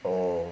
oh